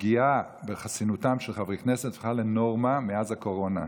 הפגיעה בחסינותם של חברי כנסת הפכה לנורמה מאז הקורונה.